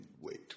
wait